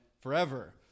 forever